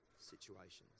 situations